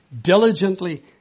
diligently